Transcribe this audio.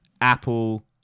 Apple